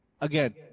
again